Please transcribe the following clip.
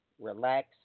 relax